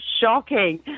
shocking